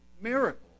miracle